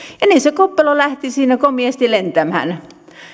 ja niin se koppelo lähti siinä komeasti lentämään